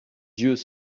yeux